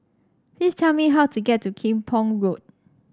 please tell me how to get to Kim Pong Road